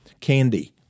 candy